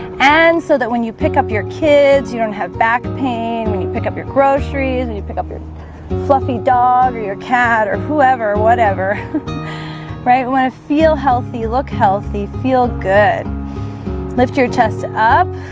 and so that when you pick up your kids you don't have back pain when you pick up your groceries and you pick up fluffy dog or your cat or whoever whatever right want to feel healthy look healthy feel good lift your chest up